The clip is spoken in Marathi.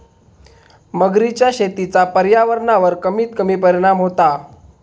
मगरीच्या शेतीचा पर्यावरणावर कमीत कमी परिणाम होता